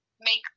make